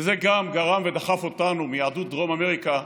וזה גם דחף אותנו, את יהדות דרום אמריקה,